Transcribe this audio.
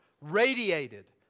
radiated